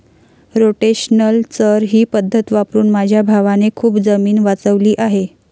rotational चर ही पद्धत वापरून माझ्या भावाने खूप जमीन वाचवली आहे